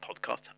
podcast